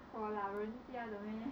for 老人家的 meh